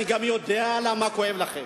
אני גם יודע למה כואב לכם.